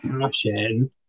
passion